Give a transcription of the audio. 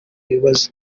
ibibazo